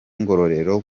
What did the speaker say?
ngororero